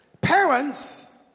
Parents